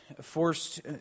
forced